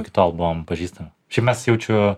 iki tol buvome pažįstami šiaip mes jaučiu